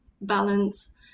balance